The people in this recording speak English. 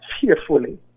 fearfully